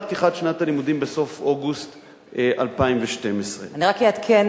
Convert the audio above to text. פתיחת שנת הלימודים בסוף אוגוסט 2012. אני רק אעדכן,